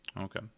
Okay